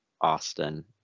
Austin